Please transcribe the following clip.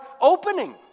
opening